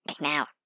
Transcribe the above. now